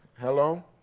Hello